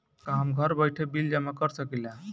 का हम घर बइठे बिल जमा कर शकिला?